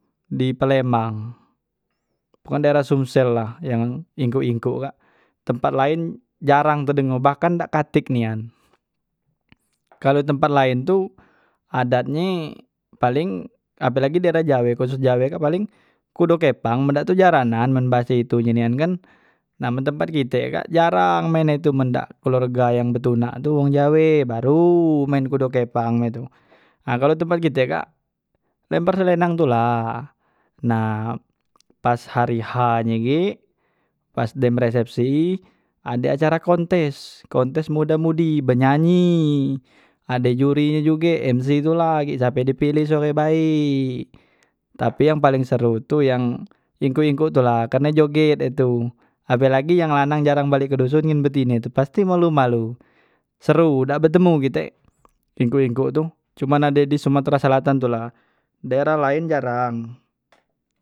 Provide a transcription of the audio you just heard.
Di palembang pukan daerah sumsel la yang ingkuk ingkuk kak tempat laen jarang tedengo bahkan dak katek nian kalu tempat laen tu, adatnye paleng apalage daerah jawe khusus jawe kak paleng kudo kepang men dak tu jaranan men base itu nye nian kan nah men tempat kite kan jarang maen he tu men dak keluarga yang betunak tu wong jawe baru maen kudo kepang me tu, ha kalo tempat kite he kak lempar slendang tula, na pas hari h nye gek pas dem resepsi ade acara kontes, kontes muda mudi benyanyi, ade juri nye juge mc tula gek sape di pilih suare he baek tapi yang paling seru tu yang ingkuk ingkuk tula karne joget he tu apelagi yang lanang jarang balek ke doson ngen betine tu pasti malu malu, seru dak betemu kite ingkuk- ingkuk tu cuman ade di sumatra selatan tula daerah laen jarang.